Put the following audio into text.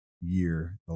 year